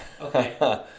okay